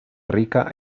rica